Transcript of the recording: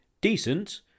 Decent